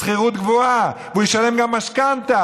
בשכירות גבוהה, והוא ישלם גם משכנתה.